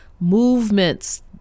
Movements